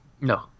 No